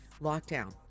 lockdown